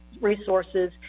resources